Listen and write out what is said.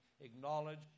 acknowledge